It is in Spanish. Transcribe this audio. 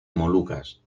molucas